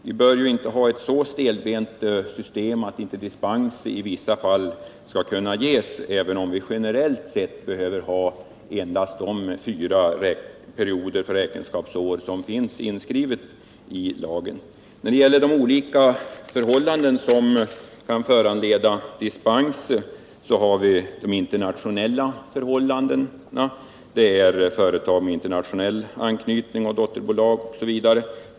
Vi bör inte ha ett så stelbent system att inte dispens i vissa fall skall kunna ges, även om vi generellt sett behöver ha endast de fyra perioder för räkenskapsår som finns inskrivna i lagen. När det gäller de olika förhållanden som kan föranleda dispenser har vi en grupp av företag med internationell anknytning och dotterbolag osv.